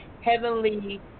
heavenly